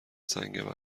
سنگ